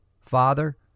father